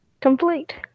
Complete